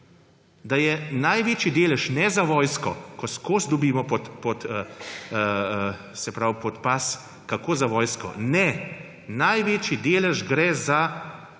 da največji delež ni za vojsko, ko vedno dobimo pod pas, kako za vojsko. Ne, največji delež gre za šport,